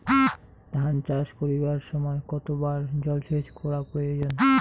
ধান চাষ করিবার সময় কতবার জলসেচ করা প্রয়োজন?